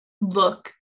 look